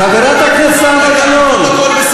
חברת הכנסת זהבה גלאון, חברת הכנסת זהבה גלאון.